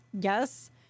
yes